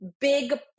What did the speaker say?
big